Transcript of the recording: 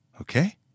okay